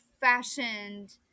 fashioned